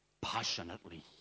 passionately